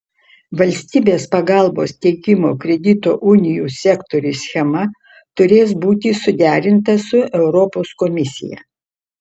valstybės pagalbos teikimo kredito unijų sektoriui schema turės būti suderinta su europos komisija